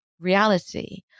reality